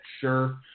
Sure